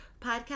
podcast